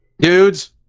Dudes